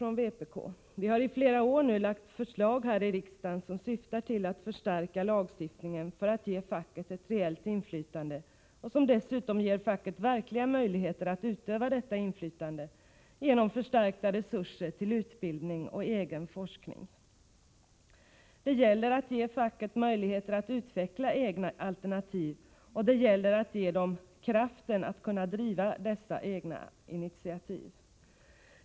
Vi har nu i flera år lagt fram förslag här i riksdagen som syftar till att förstärka lagstiftningen för att ge facket ett reellt inflytande, och som dessutom ger facket verkliga möjligheter att utöva detta inflytande. Det skall ske genom förstärkta resurser till utbildning och egen forskning. Det gäller att ge facket möjligheter att utveckla egna alternativ, och det gäller att ge facket kraften att kunna ta egna initiativ.